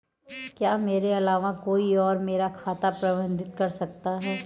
क्या मेरे अलावा कोई और मेरा खाता प्रबंधित कर सकता है?